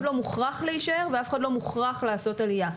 לא מוכרח להישאר ואף אחד לא מוכרח לעשות עלייה.